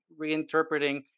Reinterpreting